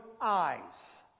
eyes